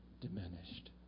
diminished